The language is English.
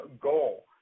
goal